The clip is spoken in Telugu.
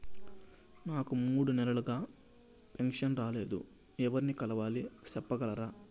నాకు మూడు నెలలుగా పెన్షన్ రాలేదు ఎవర్ని కలవాలి సెప్పగలరా?